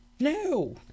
No